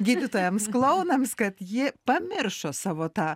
gydytojams klounams kad ji pamiršo savo tą